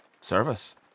Service